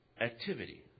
activity